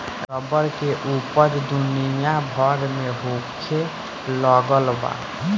rubber के ऊपज दुनिया भर में होखे लगल बा